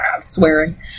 swearing